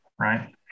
right